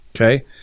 Okay